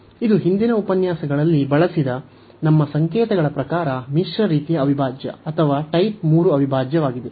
ಇದು ಹಿಂದಿನ ಉಪನ್ಯಾಸಗಳಲ್ಲಿ ಬಳಸಿದ ನಮ್ಮ ಸಂಕೇತಗಳ ಪ್ರಕಾರ ಮಿಶ್ರ ರೀತಿಯ ಅವಿಭಾಜ್ಯ ಅಥವಾ ಟೈಪ್ 3 ಅವಿಭಾಜ್ಯವಾಗಿದೆ